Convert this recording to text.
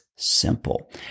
simple